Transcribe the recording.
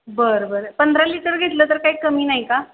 बरं बरं पंधरा लिटर घेतलं तर काही कमी नाही का